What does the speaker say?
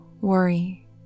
worry